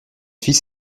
fils